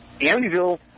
Amityville